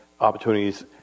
opportunities